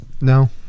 No